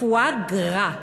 "פואה גרא".